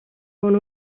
bon